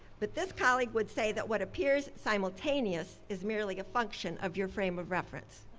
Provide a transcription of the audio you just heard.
but this colleague would say that what appears simultaneous is merely a function of your frame of reference.